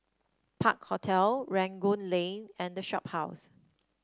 Park Hotel Rangoon Lane and The Shophouse